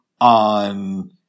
on